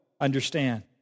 understand